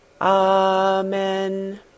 Amen